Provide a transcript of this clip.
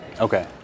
Okay